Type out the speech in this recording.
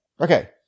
Okay